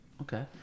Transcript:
Okay